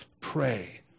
pray